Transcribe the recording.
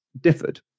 differed